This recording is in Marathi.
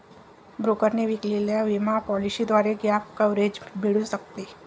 ब्रोकरने विकलेल्या विमा पॉलिसीद्वारे गॅप कव्हरेज मिळू शकते